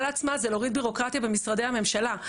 לעצמה זה להוריד ביורוקרטיה במשרדי הממשלה.